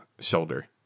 shoulder